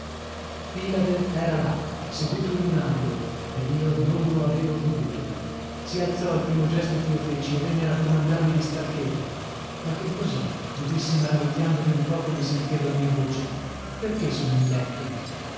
affatto pilade era là seduto in un angolo ed io non lo avevo veduto si alzò al primo gesto ch'io feci e venne a raccomandarmi di star cheto ma che cos'è gli dissi maravigliandomi un poco di sentir la mia voce perchè sono in letto